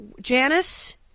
Janice